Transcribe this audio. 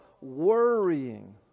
worrying